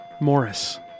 Morris